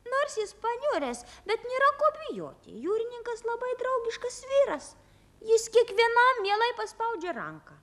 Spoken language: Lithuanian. nors jis paniuręs bet nėra ko abejoti jūrininkas labai draugiškas vyras jis kiekvienam mielai paspaudžia ranką